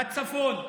בצפון,